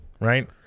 right